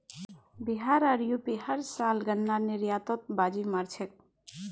बिहार आर यू.पी हर साल गन्नार निर्यातत बाजी मार छेक